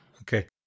Okay